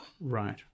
Right